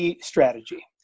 strategy